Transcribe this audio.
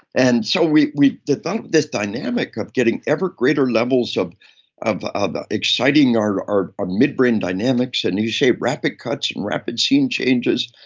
and so we've we've developed this dynamic of getting ever-greater levels of of exciting our our ah midbrain dynamics, and you say, rapid cuts, rapid scene changes,